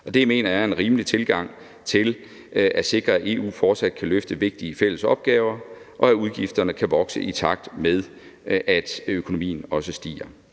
det mener jeg er en rimelig tilgang til at sikre, at EU fortsat kan løfte vigtige fælles opgaver, og at udgifterne kan vokse, i takt med at økonomien også gør